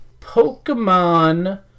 Pokemon